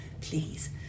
please